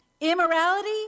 immorality